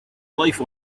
life